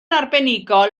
arbenigol